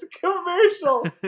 commercial